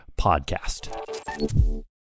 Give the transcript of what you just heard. podcast